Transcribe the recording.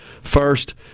first